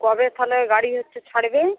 কবে তা হলে গাড়ি হচ্ছে ছাড়বে